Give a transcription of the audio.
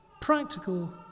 practical